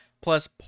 plus